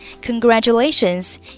Congratulations